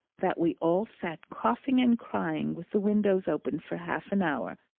that we all sat coughing and crying with the windows open for half an hour,